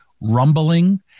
rumbling